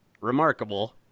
remarkable